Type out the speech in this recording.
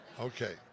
Okay